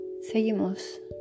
seguimos